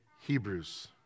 Hebrews